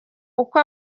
uko